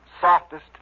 softest